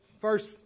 first